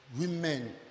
Women